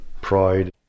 pride